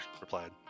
replied